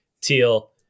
Teal